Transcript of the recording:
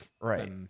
right